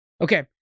Okay